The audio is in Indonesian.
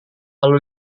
lalu